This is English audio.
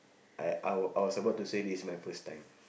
I I were I was about to say this my first time